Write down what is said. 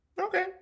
Okay